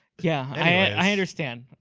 yeah, i understand.